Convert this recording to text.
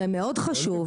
זה מאוד חשוב.